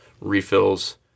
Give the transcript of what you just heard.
refills